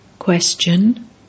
Question